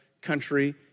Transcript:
country